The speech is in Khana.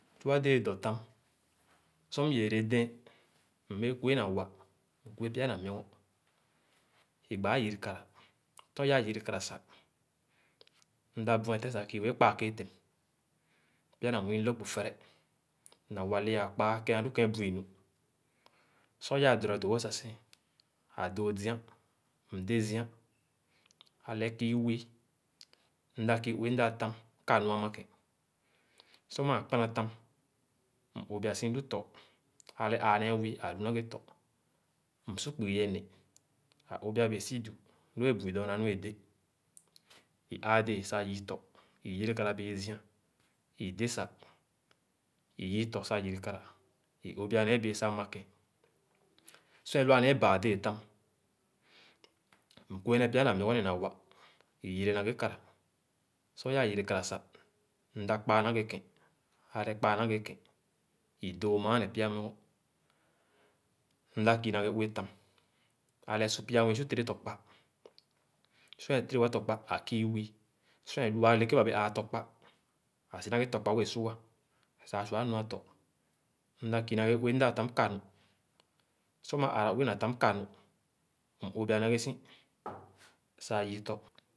Tua dẽẽ dɔ tam, sor m̃ yẽẽrè dɛn, mbẽẽ kue na wa m̃ kue pya na muogɔ, i-gbãã yere kara, sor i-ãã yere kara sah, mda buetén sah kii wẽẽ kpãã ke-éétem, pya nwii lõg hu fere, na wa le ãã kpaa ke ãlu ke bu-i nu. Sor i-aa dora dõõ wõ sah sẽn, ãdõõ zia, mdé ziã, alẽ kü wii; mdã kii wẽẽ mda tam, ka-nu ama kẽ. Sor mãã kpãna tam, m̃ õbea si lu tɔ, ãle ãã nee wii ãlu na ghe tɔ. Msu kpugi yé ne, ã õbea bẽẽ si du lõ é bu-i dɔɔna nu é dé. I-aa dẽẽ yii tɔ, i yere kara bii i-zia, i dé sah, i yii tɔ sah yere kara. I õbea nee bẽẽ sah makén Sor é lua nee baa dẽẽ tam, m-kue pya na muogo ne na wa, i yere na ghe kara. Sor i-aa yere kara sah, mda kpaa na ghe kẽ, alẽ kpaa na ghe kẽn. I doo mããn ne pya muogo. Mda kii na ghe ue tam, alé su pya nwii su tẽrẽ tɔkpa. Sor e’ tèrè tɔkpa, ã kii wii. Sor é lua alekẽ ba bẽẽ ãã tɔkpa, ã si na ghe tɔkpa wẽẽ su wa sah sah-a sua nua tɔ; mda kii nee ue mda tam ká nu. Sor ma ããrã ue na tam ka nu, m̃ õbea na ghe si, s sah yii tɔ.